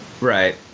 Right